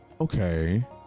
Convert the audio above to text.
Okay